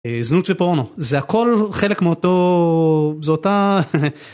זנות ופורנו זה הכל חלק מאותו, זו אותה.